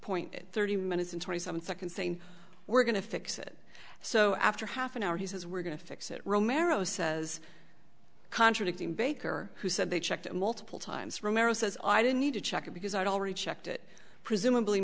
point thirty minutes and twenty seven seconds saying we're going to fix it so after half an hour he says we're going to fix it romero says contradicting baker who said they checked it multiple times romero says i didn't need to check it because i'd already checked it presumably